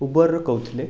ଉବେରରୁ କହୁଥିଲେ